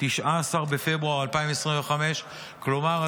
19 בפברואר 2025. כלומר,